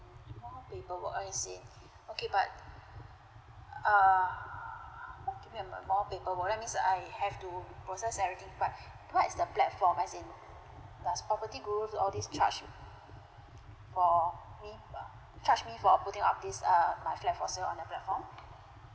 more paperwork oh I see okay but ya err more paperwork that means I have to process everything but what is the platform as in does property guru all these charge for me charge me for uh putting up these err my flat for sale on the platform